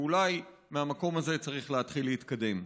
ואולי מהמקום הזה צריך להתחיל להתקדם.